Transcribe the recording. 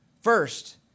First